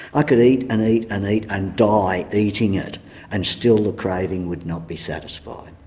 ah could eat and eat and eat and die eating it and still the craving would not be satisfied.